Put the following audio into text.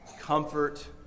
comfort